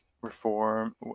reform